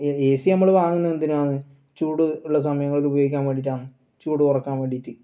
A C നമ്മൾ വാങ്ങുന്നതെന്തിനാണ് ചൂട് ഉള്ള സമയങ്ങളിൽ ഉപയോഗിക്കാൻ വേണ്ടീട്ടാന്ന് ചൂട് കുറക്കാൻ വേണ്ടീട്ട്